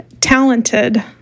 talented